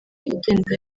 igenda